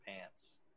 pants